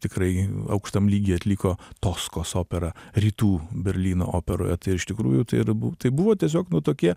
tikrai aukštam lygyje atliko toskos operą rytų berlyno operoje tai iš tikrųjų tai ir bu tai buvo tiesiog buvo nu tokie